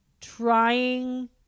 trying